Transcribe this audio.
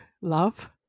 love